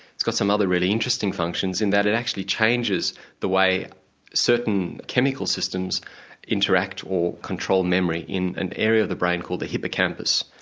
it's got some other really interesting functions in that it actually changes the way certain chemical systems interact or control memory in an area of the brain called the hippocampus,